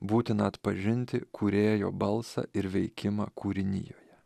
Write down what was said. būtina atpažinti kūrėjo balsą ir veikimą kūrinijoje